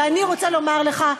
ואני רוצה לומר לך,